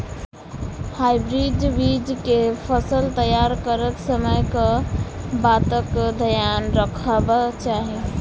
Hybrid बीज केँ फसल तैयार करैत समय कऽ बातक ध्यान रखबाक चाहि?